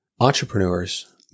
Entrepreneurs